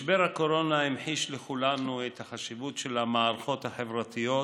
משבר הקורונה המחיש לכולנו את החשיבות של המערכות החברתיות